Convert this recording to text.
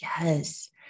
Yes